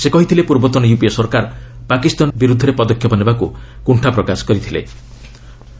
ସେ କହିଥିଲେ ପୂର୍ବତନ ୟୁପିଏ ସରକାର ପାକିସ୍ତାନ ବିରୁଦ୍ଧରେ ପଦକ୍ଷେପ ନେବାକୁ କୁଣ୍ଡା ପ୍ରକାଶ କର୍ତ୍ଥଲେ